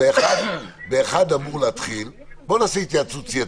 בואו נעשה התייעצות סיעתית,